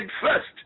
first